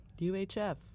UHF